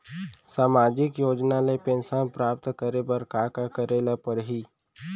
सामाजिक योजना ले पेंशन प्राप्त करे बर का का करे ल पड़ही?